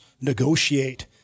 negotiate